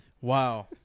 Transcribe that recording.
wow